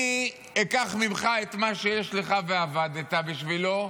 אני אקח ממך את מה שיש לך ועבדת בשבילו,